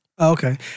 Okay